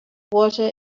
water